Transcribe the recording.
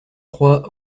trois